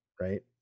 right